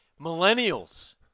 Millennials